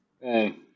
Hey